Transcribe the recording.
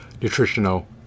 nutritional